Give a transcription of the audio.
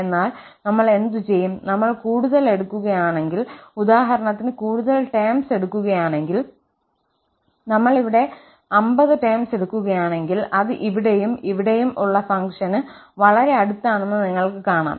എന്നാൽ നമ്മൾ എന്തുചെയ്യും നമ്മൾ കൂടുതൽ എടുക്കുകയാണെങ്കിൽ ഉദാഹരണത്തിന് കൂടുതൽ ടെംസ് എടുക്കുകയാണെങ്കിൽ നമ്മൾ ഇവിടെ 50 ടെംസ് എടുക്കുകയാണെങ്കിൽ അത് ഇവിടെയും ഇവിടെയും ഉള്ള ഫംഗ്ഷന് വളരെ അടുത്താണെന്ന് നിങ്ങൾക്ക് കാണാം